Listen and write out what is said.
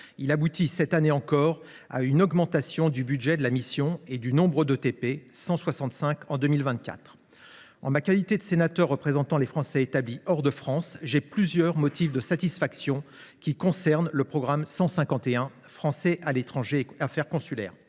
Il conduit, cette année encore, à une hausse du budget de la mission et du nombre d’ETP, qui s’accroît de 165 en 2024. En ma qualité de sénateur représentant les Français établis hors de France, j’ai plusieurs motifs de satisfaction à la lecture de ce programme 151 « Français à l’étranger et affaires consulaires